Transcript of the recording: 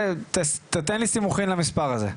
תן לי סימוכין למספר הזה.